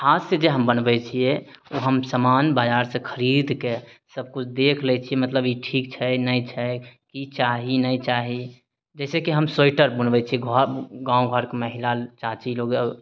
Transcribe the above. हाथ सँ जे हम बनबै छियै ओ हम समान बजारसँ खरीदके सबकिछु देख लै छियै मतलब ई ठीक छै नहि छै की चाही नहि चाही जैसे की हम स्वेटर बनबै छियै घर गाँव घर महिला चाची लोग